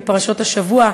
בפרשות השבוע,